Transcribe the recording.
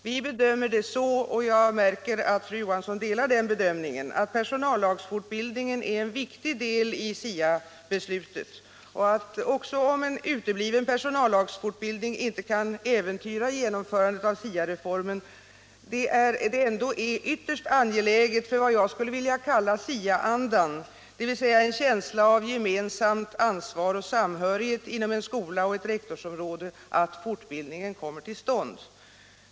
Vi bedömer det så, och jag märker att fru Johansson delar den bedömningen, att personallagsfortbildningen är en viktig del av SIA-beslutet och att — även om en utebliven personallagsfortbildning inte kan äventyra genomförandet av SIA-reformen — det är ytterst an 15 geläget för vad jag skulle vilja kalla SIA-andan, dvs. en känsla av gemensamt ansvar och samhörighet inom en skola och ett rektorsområde, att fortbildningen kommer till stånd.